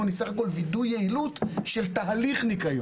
היא בסך הכול וידוא יעילות של תהליך ניקיון.